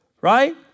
right